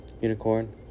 Unicorn